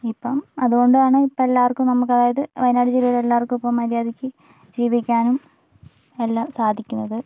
ഇപ്പം അതുകൊണ്ടാണ് ഇപ്പം എല്ലാവർക്കും നമുക്ക് അതായത് വയനാട് ജില്ലയിൽ എല്ലാവർക്കും ഇപ്പോൾ മര്യാദയ്ക്ക് ജീവിക്കാനും എല്ലാം സാധിക്കുന്നത്